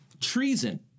treason